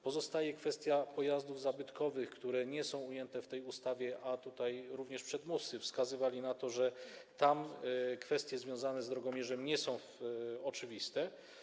Pozostaje kwestia pojazdów zabytkowych, które nie są ujęte w tej ustawie, a tutaj również przedmówcy wskazywali na to, że w tym przypadku kwestie związane z drogomierzem nie są oczywiste.